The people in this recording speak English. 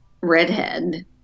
redhead